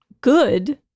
good